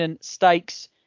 Stakes